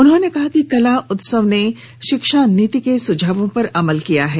उन्होंने कहा कि कला उत्सव ने शिक्षा नीति के सुझावों पर अमल किया है